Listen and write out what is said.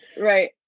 Right